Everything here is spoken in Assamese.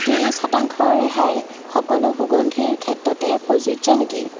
ত্ৰিছ শতাংশ ৰেহাই সকলো সুগন্ধিৰ ক্ষেত্ৰতে প্ৰযোজ্য নেকি